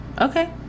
Okay